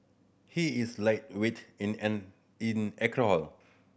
he is lightweight in an in alcohol